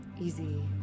Easy